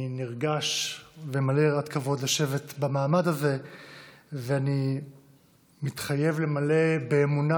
אני נרגש ומלא יראת כבוד לשבת במעמד הזה ואני מתחייב למלא באמונה,